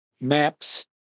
maps